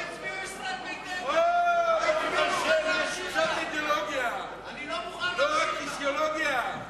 לא הצביעו, קצת אידיאולוגיה, לא רק כיסאולוגיה.